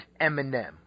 eminem